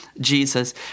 Jesus